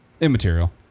Immaterial